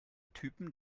typen